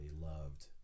loved